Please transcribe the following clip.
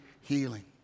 healing